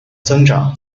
增长